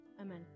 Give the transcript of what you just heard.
Amen